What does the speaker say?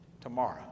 tomorrow